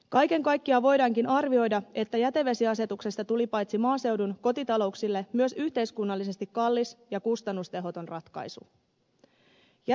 kaiken kaikkiaan voidaankin arvioida että jätevesiasetuksesta tuli paitsi maaseudun kotitalouksille myös yhteiskunnallisesti kallis ja kustannustehoton ratkaisu